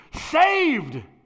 saved